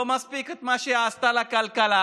לא מספיק מה שעשתה לכלכלה,